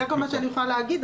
זה כל מה שאני יכולה לומר.